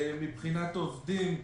מבחינת העובדים,